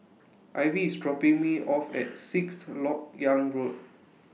Ivy IS dropping Me off At Sixth Lok Yang Road